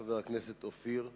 חבר הכנסת אופיר אקוניס.